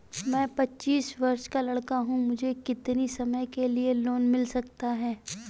मैं पच्चीस वर्ष का लड़का हूँ मुझे कितनी समय के लिए लोन मिल सकता है?